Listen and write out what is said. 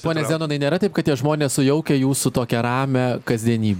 pone zenonai nėra taip kad tie žmonės sujaukia jūsų tokią ramią kasdieny